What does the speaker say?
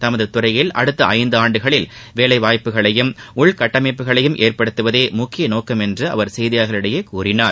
தமது துறையில் அடுத்த ஐந்தாண்டுகளில் வேலை வாய்ப்புகளையும் உள்கட்டமைப்புகளையும் ஏற்படுத்துவதே முக்கிய நோக்கம் என்று அவர் செய்தியாளர்களிடம் கூறினார்